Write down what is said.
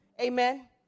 Amen